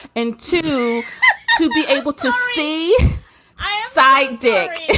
and to to be able to see i side dick,